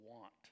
want